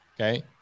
okay